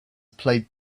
played